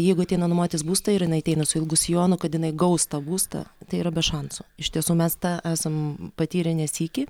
jeigu ateina nuomotis būstą ir jinai ateina su ilgu sijonu kad jinai gaus tą būstą tai yra be šansų iš tiesų mes tą esam patyrę ne sykį